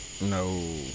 No